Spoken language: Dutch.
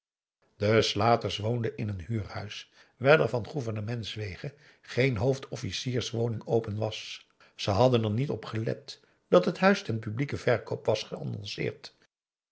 slaters woonden in een huurhuis wijl er van gouvernementswege geen hoofdofficierswoning open was ze hadden er niet op gelet dat het huis ten publieken verkoop was